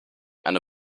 eine